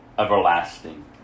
everlasting